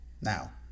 Now